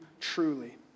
truly